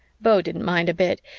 beau didn't mind a bit,